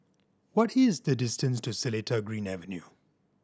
what is the distance to Seletar Green Avenue